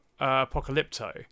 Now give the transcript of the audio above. Apocalypto